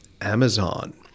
amazon